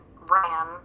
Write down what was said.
ran